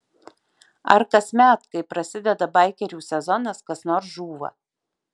ar kasmet kai prasideda baikerių sezonas kas nors žūva